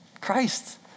Christ